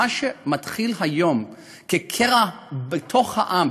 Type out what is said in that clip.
מה שמתחיל היום כקרע בתוך העם,